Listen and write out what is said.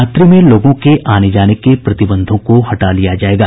रात्रि में लोगों के आने जाने के प्रतिबंधों को हटा लिया जाएगा